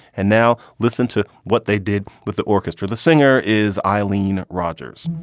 and now listen to what they did with the orchestra. the singer is eileen rodgers